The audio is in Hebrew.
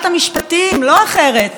לא אחרת,